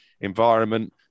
environment